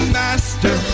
master